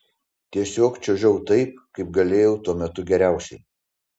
tiesiog čiuožiau taip kaip galėjau tuo metu geriausiai